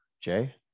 Jay